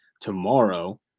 tomorrow